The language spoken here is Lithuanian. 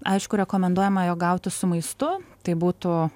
aišku rekomenduojama jo gauti su maistu tai būtų